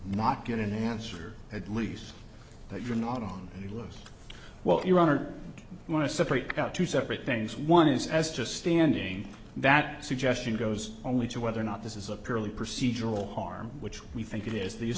not get an answer at least that you're not on any list well your honor i want to separate the two separate things one is as just standing that suggestion goes only to whether or not this is a purely procedural harm which we think it is the